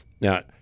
Now